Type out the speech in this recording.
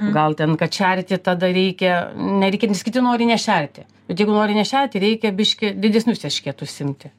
gal ten kad šerti tada reikia nereikia nes kiti nori nešerti bet jeigu nori nešerti reikia biškį didesnius eršketus imti